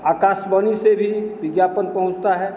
आकाशवाणी से भी विज्ञापन पहुँचता है